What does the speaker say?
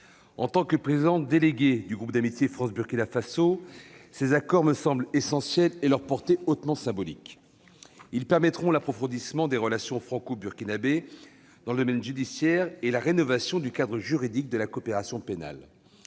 Aux yeux du président délégué du groupe d'amitié France-Burkina Faso que je suis, ces accords semblent essentiels et leur portée hautement symbolique. Ils permettront l'approfondissement des relations franco-burkinabées dans le domaine judiciaire et la rénovation du cadre juridique de la coopération pénale.